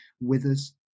withers